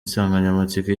insanganyamatsiko